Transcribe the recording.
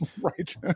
Right